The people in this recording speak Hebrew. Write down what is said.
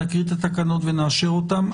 נקריא את התקנות ונאשר אותן.